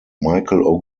michael